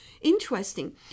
Interesting